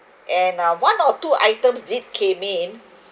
and uh one or two items did came in